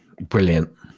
brilliant